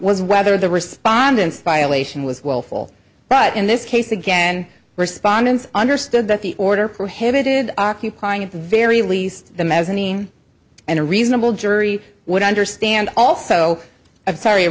was whether the respondents violation was well fall but in this case again respondents understood that the order prohibited occupying at the very least the mezzanine and a reasonable jury would understand also of sorry a